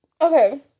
Okay